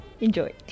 Enjoy